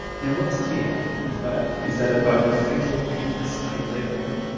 now what's clear is but is that at both a federal and a state level,